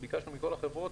ביקשנו מכל החברות,